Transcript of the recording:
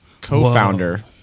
co-founder